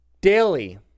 Daily